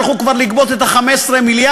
הם הלכו כבר לגבות את 15 המיליארד?